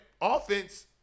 offense